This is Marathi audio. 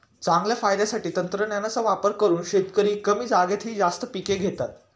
चांगल्या फायद्यासाठी तंत्रज्ञानाचा वापर करून शेतकरी कमी जागेतही जास्त पिके घेतात